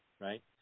right